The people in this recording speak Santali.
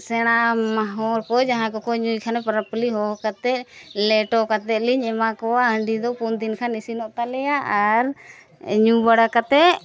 ᱥᱮᱬᱟ ᱦᱚᱲ ᱠᱚ ᱡᱟᱦᱟᱸᱭ ᱠᱚᱠᱚ ᱧᱩᱭ ᱠᱷᱟᱱ ᱯᱚᱨᱚᱵᱽ ᱯᱟᱹᱞᱤ ᱦᱚᱦᱚ ᱠᱟᱛᱮᱫ ᱞᱮᱴᱚ ᱠᱟᱛᱮᱫ ᱞᱤᱧ ᱮᱢᱟ ᱠᱚᱣᱟ ᱦᱟᱺᱰᱤ ᱫᱚ ᱯᱩᱱ ᱫᱤᱱ ᱠᱷᱟᱱ ᱤᱥᱤᱱᱚᱜ ᱛᱟᱞᱮᱭᱟ ᱟᱨ ᱧᱩ ᱵᱟᱲᱟ ᱠᱟᱛᱮᱫ